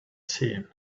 seen